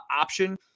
option